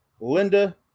Linda